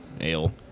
ale